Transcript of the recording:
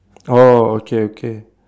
oh okay okay